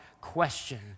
question